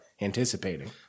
anticipating